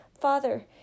Father